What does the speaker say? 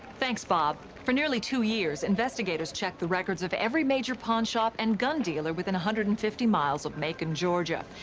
thanks, bob. for nearly two years, investigators checked the records of every major pawn shop and gun dealer within one hundred and fifty miles of macon, georgia.